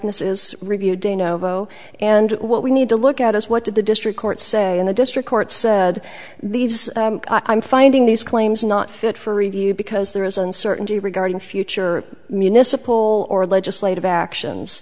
is review de novo and what we need to look at us what did the district court say and the district court said these i'm finding these claims not fit for review because there is uncertainty regarding future municipal or legislative actions